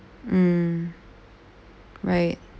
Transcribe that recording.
mm right